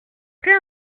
quelle